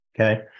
Okay